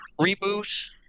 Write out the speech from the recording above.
reboot